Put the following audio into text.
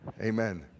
Amen